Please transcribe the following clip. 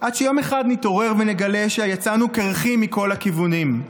עד שיום אחד נתעורר ונגלה שיצאנו קירחים מכל הכיוונים.